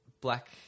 black